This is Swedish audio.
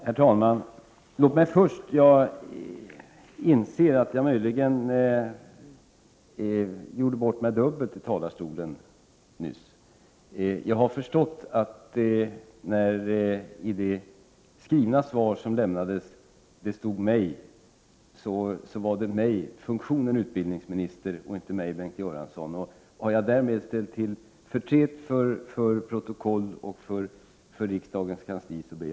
Herr talman! Jag inser att jag möjligen gjorde bort mig dubbelt i talarstolen. Jag har förstått att när det i det skrivna svaret stod ”mig” var det funktionen som utbildningsminister och inte mig personligen som avsågs. Om jag därmed har ställt till förtret ber jag om överseende för detta.